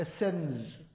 ascends